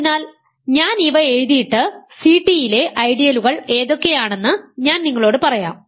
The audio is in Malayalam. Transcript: അതിനാൽ ഞാൻ ഇവ എഴുതിയിട്ട് Ct യിലെ ഐഡിയലുകൾ ഏതൊക്കെയാണെന്ന് ഞാൻ നിങ്ങളോട് പറയാം